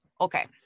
Okay